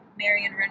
Marion